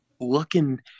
looking